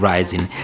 Rising